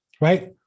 right